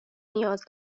نیاز